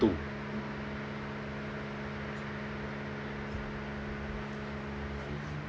two